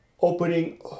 opening